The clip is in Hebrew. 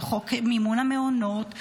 חוק מימון המעונות,